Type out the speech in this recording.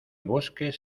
bosques